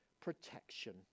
protection